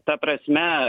ta prasme